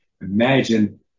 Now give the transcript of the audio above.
Imagine